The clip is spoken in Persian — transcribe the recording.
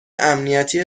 امنیتی